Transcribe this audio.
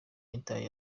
mitali